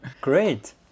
Great